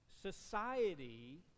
Society